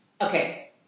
Okay